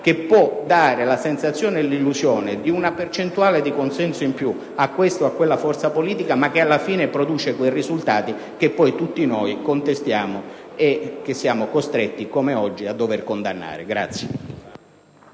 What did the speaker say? che può dare la sensazione e l'illusione di una percentuale di consenso in più a questa o a quella forza politica, ma che alla fine produce quei risultati che tutti noi contestiamo e che siamo costretti oggi a condannare.